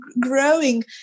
growing